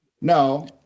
No